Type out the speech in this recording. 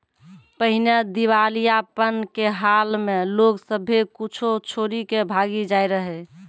पहिने दिबालियापन के हाल मे लोग सभ्भे कुछो छोरी के भागी जाय रहै